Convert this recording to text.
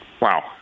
Wow